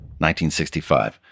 1965